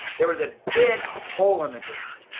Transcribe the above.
there was a big hole on the ground.